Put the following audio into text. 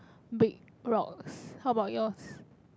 big rock how about yours